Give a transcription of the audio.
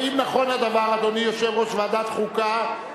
האם נכון הדבר, אדוני יושב-ראש ועדת החוקה?